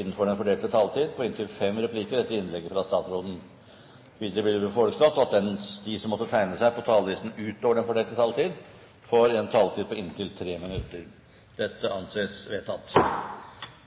innenfor den fordelte taletid. Videre blir det foreslått at de som måtte tegne seg på talerlisten utover den fordelte taletid, får en taletid på inntil 3 minutter. – Det anses vedtatt.